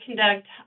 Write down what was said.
conduct